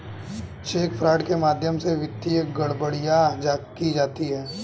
check fraud के माध्यम से वित्तीय गड़बड़ियां की जाती हैं